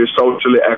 socially